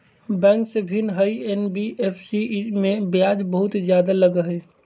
Bank से भिन्न हई एन.बी.एफ.सी इमे ब्याज बहुत ज्यादा लगहई?